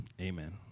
amen